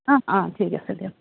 অ অ ঠিক আছে দিয়ক